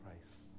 Christ